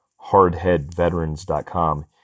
hardheadveterans.com